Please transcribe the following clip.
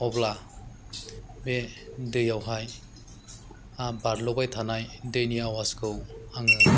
अब्ला बे दैयावहाय बारल'बाय थानाय दैनि आवासखौ आङो